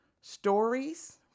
stories